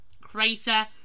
Crater